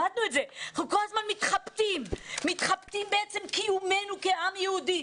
אנחנו כל הזמן מתחבטים בעצם קיומנו כעם יהודי,